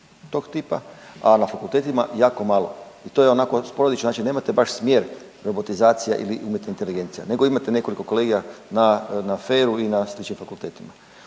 tog tipa, a na fakultetima jako malo i to je onako sporadično, znači nemate baš smjer robotizacija ili umjetna inteligencija nego imate nekoliko kolegija na FER-u i na sličnim fakultetima.